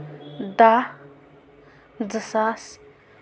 دَہ زٕ ساس